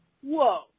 Whoa